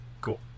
Cool